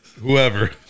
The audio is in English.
Whoever